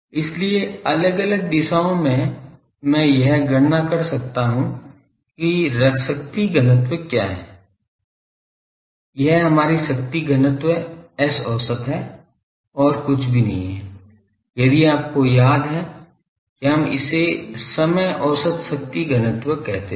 इसलिए अलग अलग दिशाओं में मैं यह गणना कर सकता हूं कि शक्ति घनत्व क्या है यह हमारी शक्ति घनत्व S औसत है और कुछ भी नहीं है यदि आपको याद है कि हम इसे समय औसत शक्ति घनत्व कहते थे